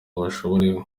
bashobore